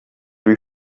lui